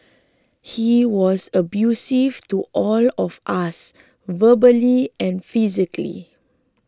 he was abusive to all of us verbally and physically